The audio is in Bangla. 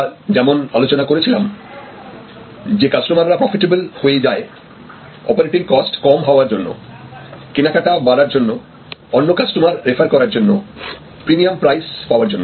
আমরাযেমন আলোচনা করেছিলাম যে কাস্টমাররা প্রফিটেবল হয়ে যায় অপারেটিং কস্ট কম হওয়ার জন্য কেনাকাটা বাড়ার জন্য অন্য কাস্টমার রেফার করার জন্য প্রিমিয়াম প্রাইস পাওয়ার জন্য